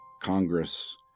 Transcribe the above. Congress